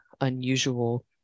unusual